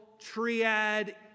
triad